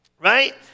Right